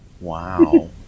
Wow